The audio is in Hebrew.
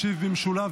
ישיב במשולב,